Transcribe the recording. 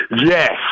Yes